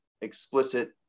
explicit